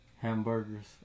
Hamburgers